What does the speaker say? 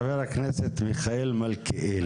חה"כ מיכאל מלכיאלי, בבקשה.